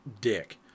dick